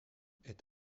est